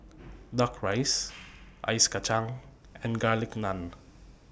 Duck Rice Ice Kachang and Garlic Naan